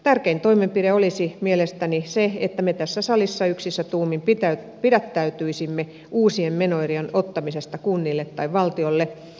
tärkein toimenpide olisi mielestäni se että me tässä salissa yksissä tuumin pidättäytyisimme uusien menoerien ottamisesta kunnille tai valtiolle